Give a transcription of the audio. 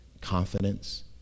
confidence